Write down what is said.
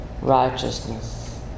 righteousness